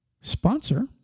sponsor